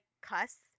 cuss